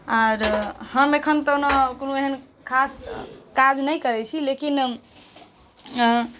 आर हम एखन तऽ ओना कोनो एहन खास काज नहि करै छी लेकिन